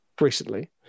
recently